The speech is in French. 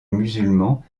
musulman